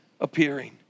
appearing